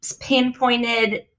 pinpointed